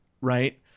right